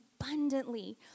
abundantly